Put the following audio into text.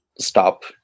stop